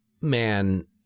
man